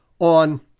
on